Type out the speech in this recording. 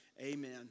Amen